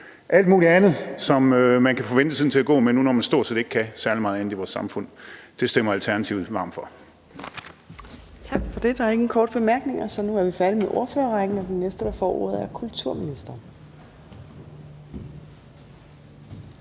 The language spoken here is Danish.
alt muligt andet, som man kan få ventetiden til at gå med, når man nu stort set ikke kan særlig meget andet i vores samfund. Det stemmer Alternativet varmt for.